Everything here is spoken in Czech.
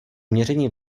měření